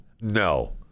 No